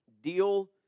Deal